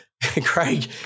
Craig